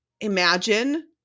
imagine